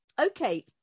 Okay